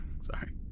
Sorry